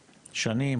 שנים?